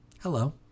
hello